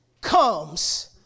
comes